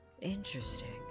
Interesting